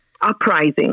uprising